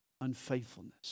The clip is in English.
unfaithfulness